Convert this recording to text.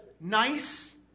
nice